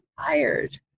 tired